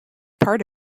part